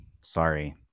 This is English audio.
Sorry